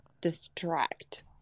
distract